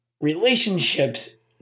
relationships